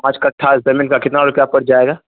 پانچ کٹا پیمنٹ کا کتنا روپیہ پڑ جائےا